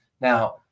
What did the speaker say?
Now